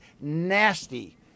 nasty